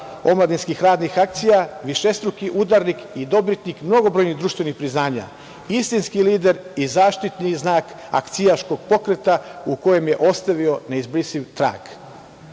omladinskih radnih akcija, višestruki udarnik i dobitnik mnogobrojnih društvenih priznanja, istinski lider i zaštitni znak akcijaškog pokreta u kojem je ostavio neizbrisiv trag. Dragi